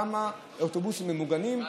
כמה אוטובוסים ממוגנים,